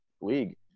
league